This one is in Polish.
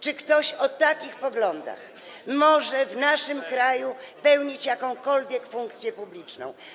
Czy ktoś o takich poglądach może w naszym kraju pełnić jakąkolwiek funkcję publiczną?